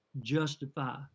justify